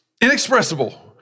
inexpressible